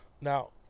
Now